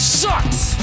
sucks